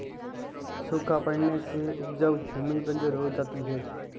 सूखा पड़ने से उपजाऊ भूमि बंजर हो जाती है